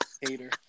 Hater